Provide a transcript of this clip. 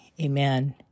Amen